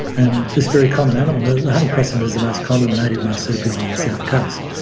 and this very common animal, the honey possum is the most common native marsupial on the south coast,